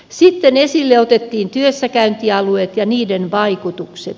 sitten esille otettiin työssäkäyntialueet ja niiden vaikutukset